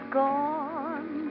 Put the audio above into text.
gone